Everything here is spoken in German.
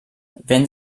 wenn